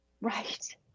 Right